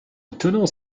étonnants